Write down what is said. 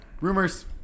Rumors